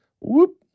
whoop